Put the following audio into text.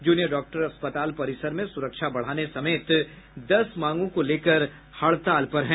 junior doctor अस्पताल परिसर में सुरक्षा बढ़ाने समेत दस मांगों को लेकर हड़ताल पर हैं